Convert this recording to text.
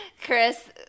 Chris